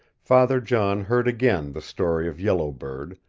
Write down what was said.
father john heard again the story of yellow bird,